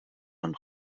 und